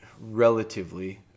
Relatively